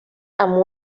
amb